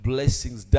blessings